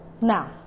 now